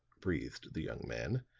breathed the young man,